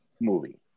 movie